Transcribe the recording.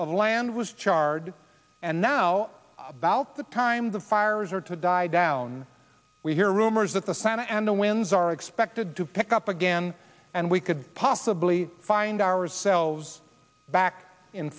of land was charred and now about the time the fires are to die down we hear rumors that the santa ana winds are expected to pick up again and we could possibly find ourselves back in